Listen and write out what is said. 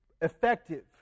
effective